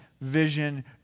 vision